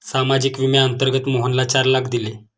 सामाजिक विम्याअंतर्गत मोहनला चार लाख दिले